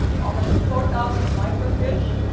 almost four thousand microfiche,